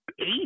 eight